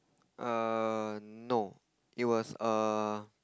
err no it was a